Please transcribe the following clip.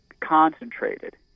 concentrated